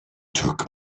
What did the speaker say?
took